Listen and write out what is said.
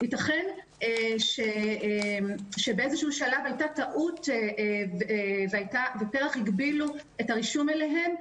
ייתכן שבאיזשהו שלב הייתה טעות ופר"ח הגבילו את הרישום אליהם.